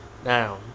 Now